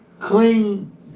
cling